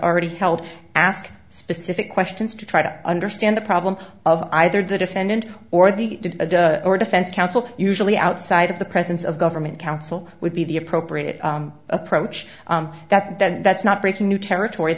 already held ask specific questions to try to understand the problem of either the defendant or the defense counsel usually outside of the presence of government counsel would be the appropriate approach that that's not breaking new territory